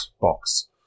box